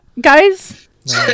guys